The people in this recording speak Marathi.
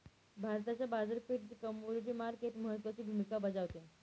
भारताच्या बाजारपेठेत कमोडिटी मार्केट महत्त्वाची भूमिका बजावते